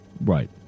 Right